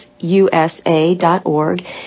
USA.org